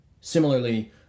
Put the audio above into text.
similarly